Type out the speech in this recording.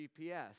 GPS